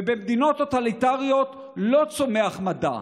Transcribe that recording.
ובמדינות טוטליטריות לא צומח מדע,